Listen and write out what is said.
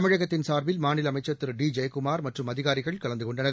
தமிழகத்தின் சாா்பில் மாநில அமைச்ச் திரு டி ஜெயக்குமா் மற்றும் அதிகாரிகள் கலந்து கொண்டனர்